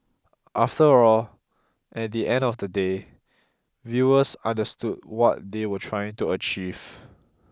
after all at the end of the day viewers understood what they were trying to achieve